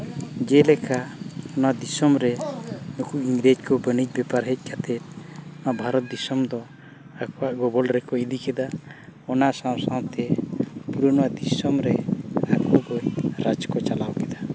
ᱡᱮᱞᱮᱠᱟ ᱱᱚᱣᱟ ᱫᱤᱥᱚᱢ ᱨᱮ ᱱᱩᱠᱩ ᱤᱝᱨᱮᱡᱽ ᱠᱚ ᱵᱟᱹᱱᱤᱡᱽ ᱵᱮᱯᱟᱨ ᱦᱮᱡ ᱠᱟᱛᱮ ᱱᱚᱣᱟ ᱵᱷᱟᱨᱚᱛ ᱫᱤᱥᱚᱢ ᱫᱚ ᱟᱠᱚᱣᱟᱜ ᱜᱚᱵᱚᱞ ᱨᱮᱠᱚ ᱤᱫᱤ ᱠᱮᱫᱟ ᱚᱱᱟ ᱥᱟᱶ ᱥᱟᱶᱛᱮ ᱵᱤᱵᱷᱤᱱᱱᱚ ᱫᱤᱥᱚᱢ ᱨᱮ ᱟᱠᱚ ᱠᱚ ᱨᱟᱡᱽ ᱠᱚ ᱪᱟᱞᱟᱣ ᱠᱮᱫᱟ